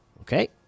okay